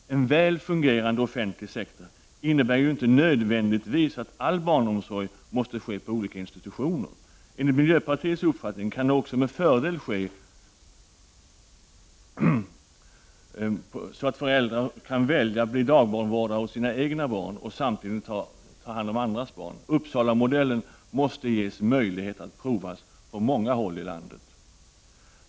En väl fungerande offentlig sektor innebär inte nödvändigtvis att all barnomsorg måste ske på olika institutioner. Enligt miljöpartiets uppfattning kan den med fördel ordnas så att föräldrar kan välja att bli dagbarnvårdare åt sina egna barn och samtidigt ta hand om andras barn. Uppsalamodellen måste ges möjligheter att provas på många håll i landet.